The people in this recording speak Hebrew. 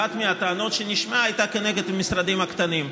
אחת הטענות שנשמעו הייתה כנגד המשרדים הקטנים.